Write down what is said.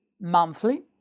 monthly